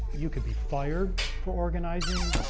you could be fired for organizing.